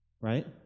right